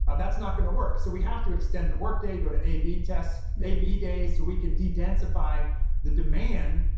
but that's not going to work. so we have to extend the workday. go to ab tests, ab days, so we can de-densify the demand,